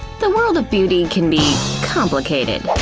the world of beauty can be complicated.